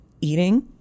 eating